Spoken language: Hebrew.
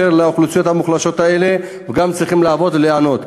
לאוכלוסיות המוחלשות האלה וגם צריכים לעבוד ולהיענות.